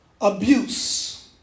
abuse